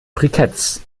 briketts